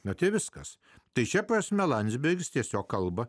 matė viskas tai šia prasme landsbergis tiesiog kalba